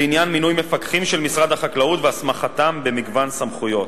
לעניין מינוי מפקחים של משרד החקלאות והסמכתם במגוון סמכויות.